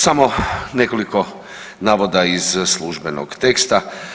Samo nekoliko navoda iz službenog teksta.